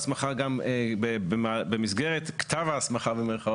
במסגרת "כתב ההסמכה"